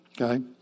Okay